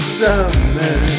summer